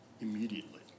immediately